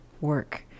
work